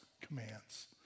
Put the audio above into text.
commands